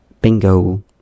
Bingo